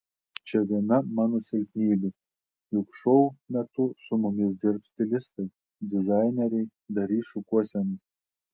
čia viena mano silpnybių juk šou metu su mumis dirbs stilistai dizaineriai darys šukuosenas